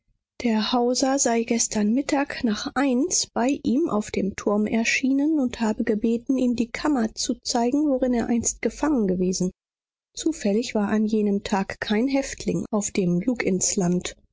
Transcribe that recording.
der hauser sei gestern mittag nach eins bei ihm auf dem turm erschienen und habe gebeten ihm die kammer zu zeigen worin er einst gefangen gewesen zufällig war an jenem tag kein häftling auf dem luginsland und